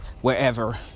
wherever